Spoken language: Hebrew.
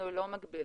אנחנו לא מגבילים.